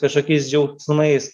kažkokiais džiaugsmais